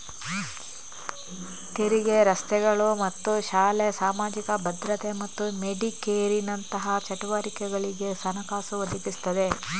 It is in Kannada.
ತೆರಿಗೆ ರಸ್ತೆಗಳು ಮತ್ತು ಶಾಲೆ, ಸಾಮಾಜಿಕ ಭದ್ರತೆ ಮತ್ತು ಮೆಡಿಕೇರಿನಂತಹ ಚಟುವಟಿಕೆಗಳಿಗೆ ಹಣಕಾಸು ಒದಗಿಸ್ತದೆ